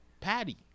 Patty